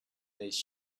these